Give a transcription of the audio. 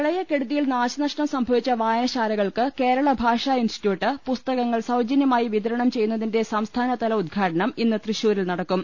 പ്രളയക്കെടുതിയിൽ നാശനഷ്ടം സംഭവിച്ച വായനശാല കൾക്ക് കേരള ഭാഷാ ഇൻസ്റ്റിറ്റ്യൂട്ട് പുസ്തകങ്ങൾ സൌജന്യമായി വിതരണം ചെയ്യുന്നതിന്റെ സംസ്ഥാനതല ഉദ്ഘാടനം ഇന്ന് തൃശൂരിൽ നടക്കും